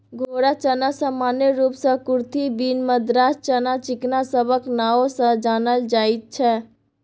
घोड़ा चना सामान्य रूप सँ कुरथी, बीन, मद्रास चना, चिकना सबक नाओ सँ जानल जाइत छै